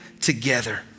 together